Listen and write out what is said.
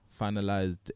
finalized